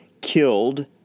killed